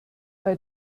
bei